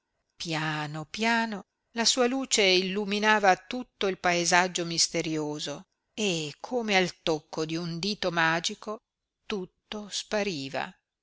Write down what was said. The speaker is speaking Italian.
piano piano la sua luce illuminava tutto il paesaggio misterioso e come al tocco di un dito magico tutto spariva